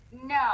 No